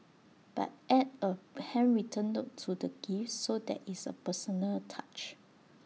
but add A handwritten note to the gift so there is A personal touch